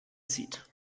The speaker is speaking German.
zieht